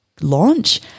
launch